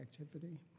activity